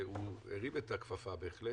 והוא הרים את הכפפה בהחלט.